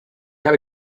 habe